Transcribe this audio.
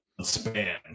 span